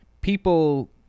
people